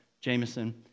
Jameson